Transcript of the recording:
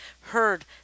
heard